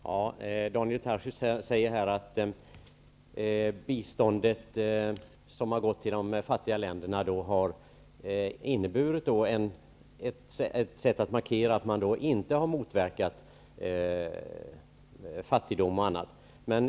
Herr talman! Daniel Tarschys säger att biståndet som har gått till de fattiga länderna har inneburit att man inte har motverkat fattigdom och annat.